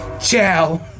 Ciao